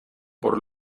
por